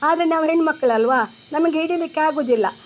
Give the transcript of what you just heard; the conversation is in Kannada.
ಆದರೆ ನಾವು ಹೆಣ್ಮಕ್ಕಳಲ್ವ ನಮಗೆ ಹಿಡಿಲಿಕ್ಕಾಗೋದಿಲ್ಲ